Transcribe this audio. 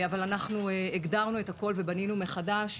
אבל אנחנו הגדרנו ובנינו את הכול מחדש,